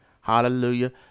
hallelujah